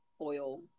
oil